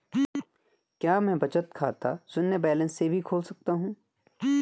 क्या मैं बचत खाता शून्य बैलेंस से भी खोल सकता हूँ?